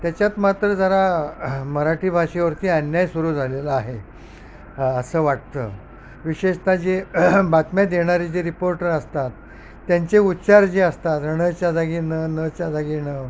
त्याच्यात मात्रा मराठी भाषेवरती अन्याय सुरू झालेला आहे असं वाटतं विशेषता जे बातम्या देणारी जे रिपोर्टर असतात त्यांचे उच्चार जे असतात रणच्या जागी न नच्या जागी न